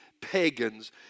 pagans